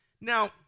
Now